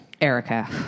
Erica